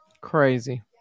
Crazy